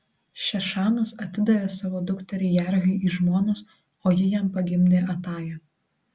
šešanas atidavė savo dukterį jarhai į žmonas o ji jam pagimdė atają